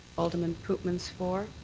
alderman pootmans for.